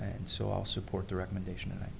and so all support the recommendation